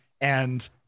and-